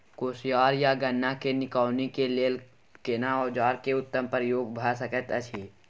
कोसयार आ गन्ना के निकौनी के लेल केना औजार के उत्तम प्रयोग भ सकेत अछि?